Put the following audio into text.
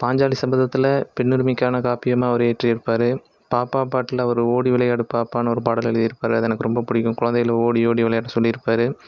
பாஞ்சாலி சபதத்தில் பெண்ணுரிமைக்கான காப்பியமாக அவரு இயற்றியிருப்பாரு பாப்பா பாட்டில் அவரு ஓடி விளையாடு பாப்பானு ஒரு பாடல் எழுதியிருப்பாரு எனக்கு ரொம்ப பிடிக்கும் குழந்தைங்களை ஓடி ஓடி விளையாட சொல்லியிருப்பாரு